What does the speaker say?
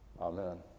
Amen